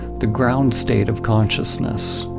the ground state of consciousness.